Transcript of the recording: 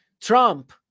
Trump